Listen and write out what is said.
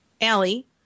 Allie